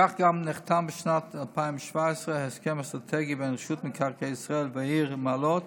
כך גם נחתם בשנת 2017 הסכם אסטרטגי בין רשות מקרקעי ישראל בעיר מעלות,